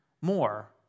more